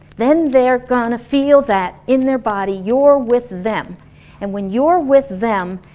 then they're gonna feel that in their body, you're with them and when you're with them,